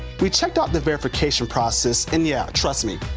we checked out the verification process, and yeah trust me,